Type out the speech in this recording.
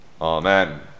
Amen